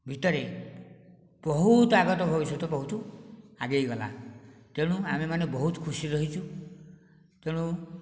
ଭିତରେ ବହୁତ ଆଗତ ଭବିଷ୍ୟତ ବହୁତ ଆଗେଇ ଗଲା ତେଣୁ ଆମେମାନେ ବହୁତ ଖୁସି ରହିଛୁ ତେଣୁ